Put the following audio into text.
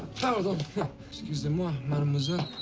thousand excusez-moi, mademoiselle.